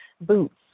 boots